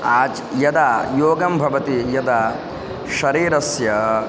आज् यदा योगं भवति यदा शरीरस्य